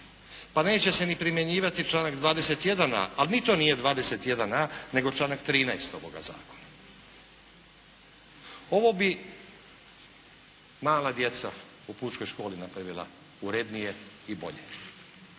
Pa neće se primjenjivati članak 21.a, ali ni to nije 21.a nego članak 13. ovoga zakona. Ovo bi mala djeca u pučkoj školi napravila urednije i bolje.